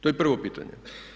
To je prvo pitanje.